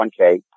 401k